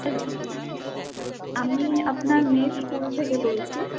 hello আমি আপনার মেয়ের স্কুল থেকে বলছি